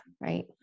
Right